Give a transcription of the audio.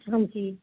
ਹਾਂਜੀ